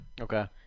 Okay